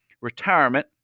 retirement